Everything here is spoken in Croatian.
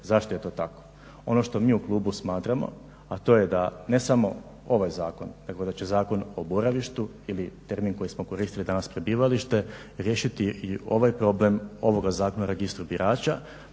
zašto je to tako. Ono što mi u klubu smatramo a to je da ne samo ovaj zakon nego da će Zakon o boravištu ili termin koji smo danas koristili prebivalište riješiti i ovaj problem ovoga Zakona o registru birača,